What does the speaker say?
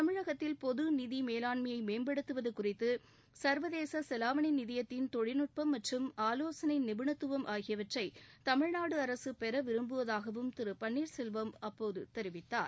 தமிழ்நாட்டில் பொது நிதி மேலாண்மையை மேம்படுத்துவது குறித்து சா்வதேச நாணய நிதியத்தின் தொழில்நுட்ப மற்றும் ஆலோசனை நிபுணத்துவம் ஆகியவற்றை தமிழ்நாடு அரசு பெற விரும்புவதாகவும் திரு பன்னீர்செல்வம் அப்போது தெரிவித்தார்